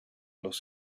los